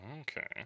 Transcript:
Okay